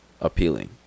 appealing